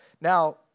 Now